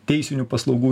teisinių paslaugų